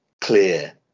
clear